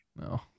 No